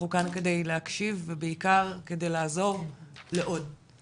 אנחנו כאן כדי להקשיב ובעקר כדי לעזור לעוד,